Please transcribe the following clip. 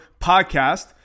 podcast